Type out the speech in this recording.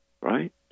right